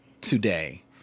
today